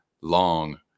long